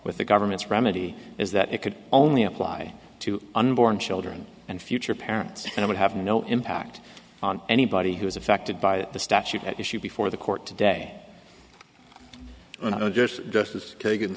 with the government's remedy is that it could only apply to unborn children and future parents and i would have no impact on anybody who is affected by the statute at issue before the court today